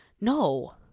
no